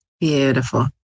Beautiful